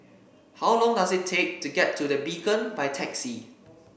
how long does it take to get to The Beacon by taxi